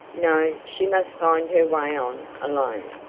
no, she must find her way on alone.